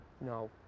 No